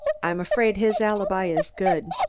i'm afraid his alibi is good.